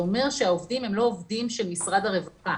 זה אומר שהעובדים הם לא עובדים של משרד הרווחה.